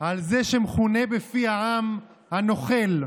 על זה שמכונה בפי העם "הנוכל",